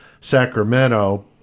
Sacramento